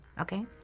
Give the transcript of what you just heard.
okay